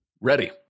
Ready